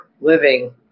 living